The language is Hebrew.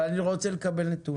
אבל אני רוצה לקבל נתונים.